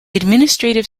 administrative